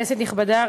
כנסת נכבדה,